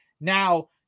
Now